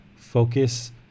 focus